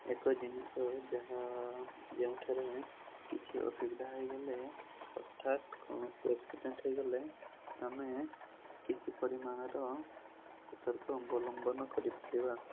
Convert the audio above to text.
ଏକ ଜିନିଷ ଯାହା ଯେଉଁଠାରେ କିଛି ଅସୁବିଧା ହୋଇଗଲେ ହଠାତ୍ କୌଣସି ଏକ୍ସିଡ଼େଣ୍ଟ୍ ହୋଇଗଲେ ଆମେ କିଛି ପରିମାଣର ସତର୍କ ଅବଲମ୍ବନ କରିପାରିବା